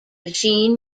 machine